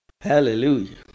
Hallelujah